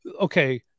Okay